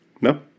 no